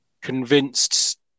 convinced